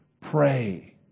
Pray